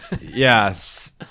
Yes